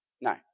No